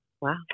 Wow